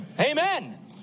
Amen